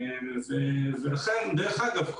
דרך אגב,